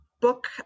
book